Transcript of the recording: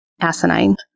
asinine